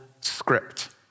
script